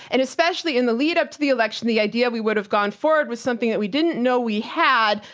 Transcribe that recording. and especially in the lead up to the election, the idea we would have gone forward was something that we didn't know we had,